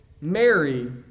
Mary